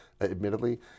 admittedly